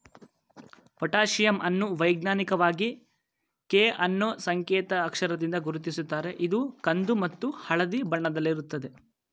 potassium ಅನ್ನು ವೈಜ್ಞಾನಿಕವಾಗಿ K ಅನ್ನೂ ಸಂಕೇತ್ ಅಕ್ಷರದಿಂದ ಗುರುತಿಸುತ್ತಾರೆ ಇದು ಕಂದು ಮತ್ತು ಹಳದಿ ಬಣ್ಣದಲ್ಲಿರುತ್ತದೆ